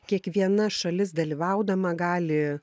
kiekviena šalis dalyvaudama gali